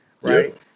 right